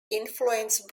influenced